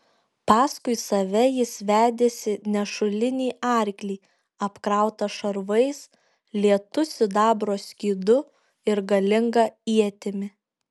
paskui save jis vedėsi nešulinį arklį apkrautą šarvais lietu sidabro skydu ir galinga ietimi